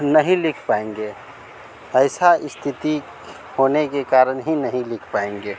नहीं लिख पाएंगे ऐसी स्थिति होने के कारण ही नहीं लिख पाएंगे